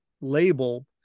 label